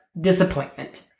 disappointment